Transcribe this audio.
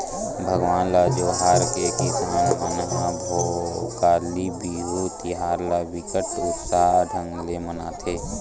भगवान ल जोहार के किसान मन ह भोगाली बिहू तिहार ल बिकट उत्साह ढंग ले मनाथे